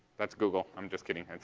that's google. i'm just kidding.